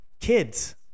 kids